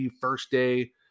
first-day